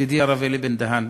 ידידי הרב אלי בן-דהן,